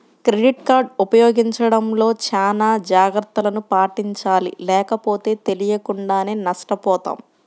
credit card ఉపయోగించడంలో చానా జాగర్తలను పాటించాలి లేకపోతే తెలియకుండానే నష్టపోతాం